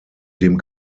dem